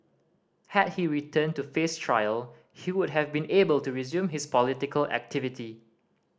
had he returned to face trial he would have been able to resume his political activity